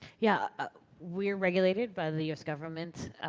yeah ah we are regulated by the u s. government,